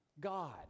God